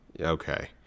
Okay